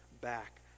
back